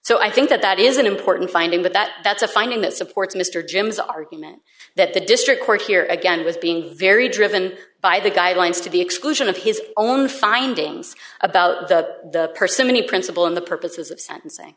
so i think that that is an important finding that that that's a finding that supports mr jim's argument that the district court here again was being very driven by the guidelines to the exclusion of his own findings about the persimmon principle and the purposes of sentencing